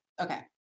Okay